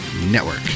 Network